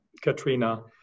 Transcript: Katrina